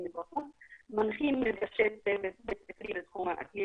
מבחוץ - מנחים מפגשי צוות בית ספרי בתחום האקלים